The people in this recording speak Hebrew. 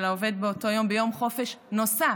אבל העובד באותו יום ביום חופש נוסף,